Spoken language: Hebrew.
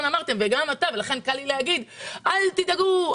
אמרתם וגם אתה ולכן קל לי להגיד אל תדאגו,